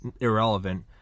irrelevant